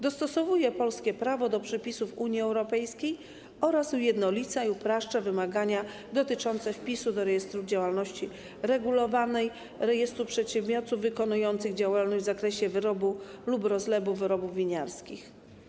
Dostosowuje polskie prawo do przepisów Unii Europejskiej oraz ujednolica i upraszcza wymagania dotyczące wpisu do rejestru działalności regulowanej, rejestru przedsiębiorców wykonujących działalność w zakresie wyrobu lub rozlewu wyrobów winiarskich.